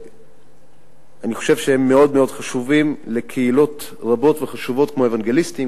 אני חושב שהם מאוד מאוד חשובים לקהילות רבות וחשובות כמו האוונגליסטים,